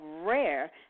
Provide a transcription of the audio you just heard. rare